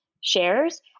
shares